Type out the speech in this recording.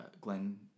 Glenn